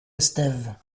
estève